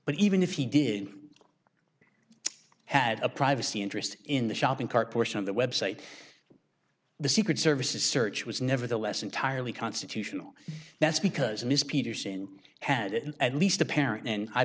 but even if he did had a privacy interest in the shopping cart portion of their website the secret service's search was nevertheless entirely constitutional that's because ms peterson had at least a parent and i